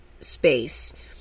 space